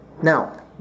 Now